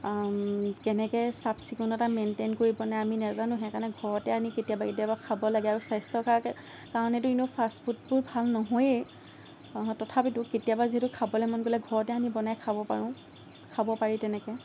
কেনেকে চাফচিকুণতা মেইনটেইন কৰি বনাই আমি নাজানোঁ সেইকাৰণে ঘৰতে আমি কেতিয়াবা কেতিয়াবা খাব লাগে আৰু স্বাস্থ্যৰ কাৰণেটো এনেও ফাষ্টফুডবোৰ ভাল নহয়েই তথাপিতো কেতিয়াবা যিহেতু খাবলৈ মন গ'লে ঘৰতে আমি বনাই খাব পাৰোঁ খাব পাৰি তেনেকৈ